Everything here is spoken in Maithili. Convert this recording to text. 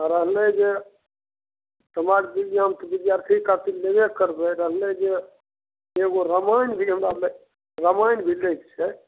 आ रहले जे समाज बिज्ञानके बिद्यार्थी खातिर लेबे करबै रहलै जे एगो रामायण भी हमरा लए रामायण भी लैक छै